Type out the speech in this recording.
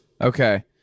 Okay